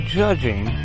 judging